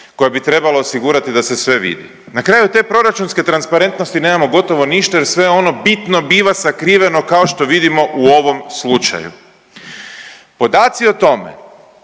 koja bi trebala osigurati da se vidi. Na kraju te proračunske transparentnosti nemamo gotovo ništa jer sve ono bitno biva sakriveno kao što vidimo u ovom slučaju. Podaci o tome